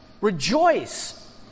Rejoice